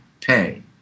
pay